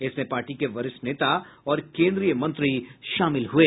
इसमें पार्टी के वरिष्ठ नेता और केन्द्रीय मंत्री शामिल हुये